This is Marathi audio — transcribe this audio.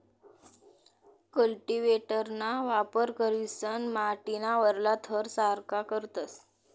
कल्टीव्हेटरना वापर करीसन माटीना वरला थर सारखा करतस